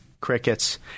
Crickets